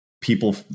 people